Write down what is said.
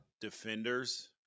defenders